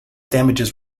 damages